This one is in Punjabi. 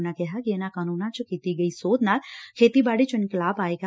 ਉਨਾਂ ਕਿਹਾ ਕਿ ਇਨਾਂ ਕਾਨੂੰਨਾਂ ਚ ਕੀਤੀ ਗਈ ਸੋਧ ਨਾਲ ਖੇਤੀਬਾੜੀ ਚ ਇਨਕਲਾਬ ਆਏਗਾ